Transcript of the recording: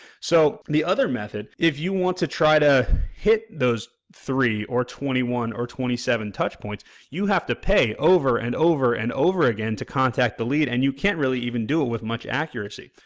so, the other method, if you want to try to hit those three or twenty one or twenty seven touch points you have to pay over and over and over again to contact the lead and you can't really even do it with much accuracy.